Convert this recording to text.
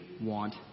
want